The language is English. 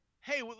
hey